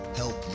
help